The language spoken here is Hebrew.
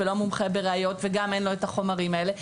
לא מומחה בראיות ואין לו את החומרים האלה,